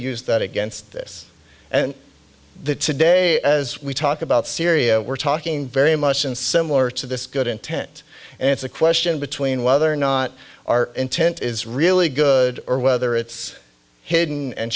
use that against this and the today as we talk about syria we're talking very much and similar to this good intent and it's a question between whether or not our intent is really good or whether it's hidden and